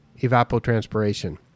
evapotranspiration